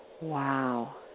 Wow